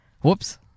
Whoops